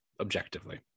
objectively